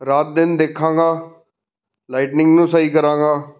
ਰਾਤ ਦਿਨ ਦੇਖਾਂਗਾ ਲਾਈਟਿੰਗ ਨੂੰ ਸਹੀ ਕਰਾਂਗਾ